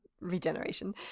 regeneration